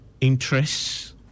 interests